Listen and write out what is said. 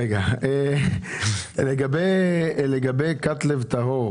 לגבי הכת לב טהור.